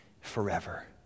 forever